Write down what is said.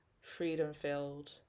freedom-filled